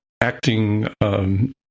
acting